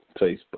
Facebook